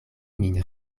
min